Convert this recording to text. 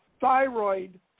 thyroid